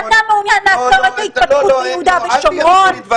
אתה מעוניין לעצור את ההתפתחות ביהודה ושומרון.